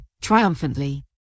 triumphantly